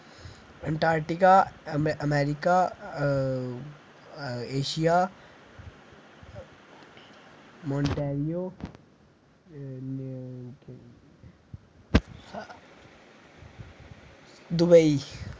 Antarctica अम America Asia मोनटैरियो Dubai